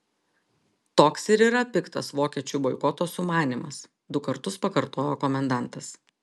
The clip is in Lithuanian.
toks ir yra piktas vokiečių boikoto sumanymas du kartus pakartojo komendantas